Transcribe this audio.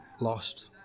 lost